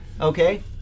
okay